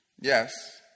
Yes